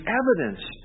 evidence